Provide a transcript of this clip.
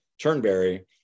Turnberry